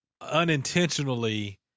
unintentionally